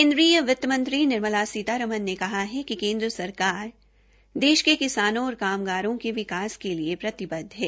केन्द्रीय वितत मंत्री निर्मला सीतारमन ने कहा है कि केन्द्र सकरार देश के किसानों और कामगारों के विकास के लिए प्रतिबदध है